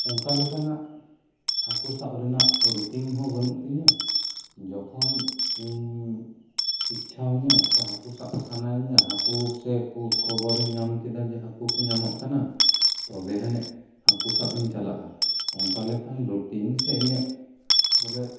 ᱚᱱᱠᱟ ᱞᱮᱠᱟᱱᱟᱜ ᱦᱟᱠᱳ ᱥᱟᱵ ᱨᱮᱱᱟᱜ ᱨᱩᱴᱤᱝ ᱦᱚᱸ ᱵᱟᱹᱱᱩᱜ ᱛᱤᱧᱟᱹ ᱡᱮᱠᱷᱚᱱ ᱤᱧ ᱤᱪᱪᱷᱟ ᱟᱹᱧᱟᱹ ᱥᱮ ᱦᱟᱠᱳ ᱥᱟᱵ ᱥᱟᱱᱟᱭᱤᱧᱟᱹ ᱦᱟᱠᱳ ᱥᱮ ᱠᱚ ᱠᱷᱚᱵᱚᱨ ᱤᱧ ᱧᱟᱢ ᱠᱮᱫᱟ ᱡᱮ ᱦᱟᱠᱳ ᱧᱟᱢᱚᱜ ᱠᱟᱱᱟ ᱛᱚᱵᱮ ᱟᱹᱱᱤᱡ ᱦᱟᱠᱳ ᱥᱟᱵ ᱤᱧ ᱪᱟᱞᱟᱜᱼᱟ ᱚᱱᱠᱟ ᱞᱮᱠᱟᱱ ᱨᱩᱴᱤᱱ ᱥᱮ ᱤᱧᱟᱹᱜ ᱵᱚᱞᱮ